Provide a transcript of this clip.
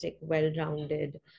well-rounded